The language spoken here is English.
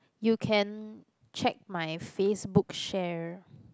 you can check my Facebook share